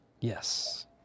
Yes